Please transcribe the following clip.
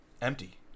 empty